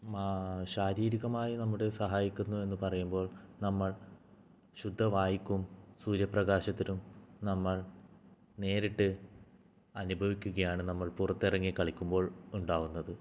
ശാ ശാരീരികമായി നമ്മളെ സഹായിക്കുന്നു എന്ന് പറയുമ്പോൾ നമ്മൾ ശുദ്ധവായുവും സൂര്യപ്രകാശത്തിനും നമ്മൾ നേരിട്ട് അനുഭവിക്കുകയാണ് നമ്മൾ പുറത്തിറങ്ങി കളിക്കുമ്പോൾ ഉണ്ടാകുന്നത്